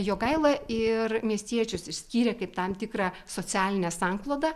jogaila ir miestiečius išskyrė kaip tam tikrą socialinę sanklodą